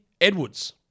Edwards